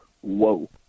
whoa